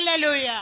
Hallelujah